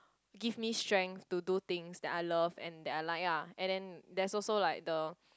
give me strength to do things that I love and that I like lah and then there's also like the